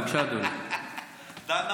בבקשה, אדוני.